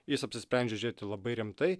jis apsisprendžia žiūrėti labai rimtai